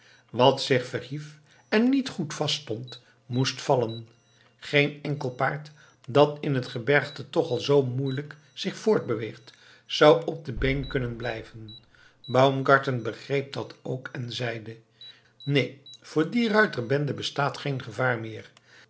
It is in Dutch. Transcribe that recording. wat zich verhief en niet goed vast stond moest vallen geen enkel paard dat in het gebergte toch al zoo moeielijk zich voortbeweegt zou op de been kunnen blijven baumgarten begreep dat ook en zeide neen voor die ruiterbende bestaat geen gevaar meer